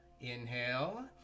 Inhale